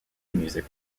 music